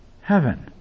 heaven